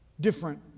different